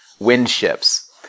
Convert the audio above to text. windships